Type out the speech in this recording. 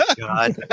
God